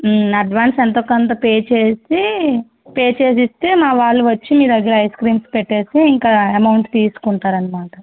advance ఎంతో కొంత pay చేసి పే చేసిస్తే మా వాళ్ళు వచ్చి మీ దగ్గర ఐస్క్రీమ్స్ పెట్టేసి ఇంకా అమౌంట్ తీసుకుంటారనమాట